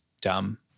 dumb